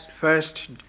first